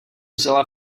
vzala